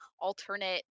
alternate